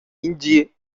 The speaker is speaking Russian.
индии